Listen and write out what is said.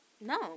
No